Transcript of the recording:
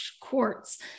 courts